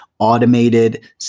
automated